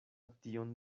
tion